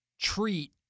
treat